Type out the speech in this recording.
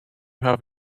have